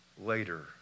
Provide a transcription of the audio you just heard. later